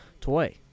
toy